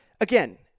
again